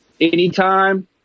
anytime